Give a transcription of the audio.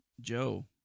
joe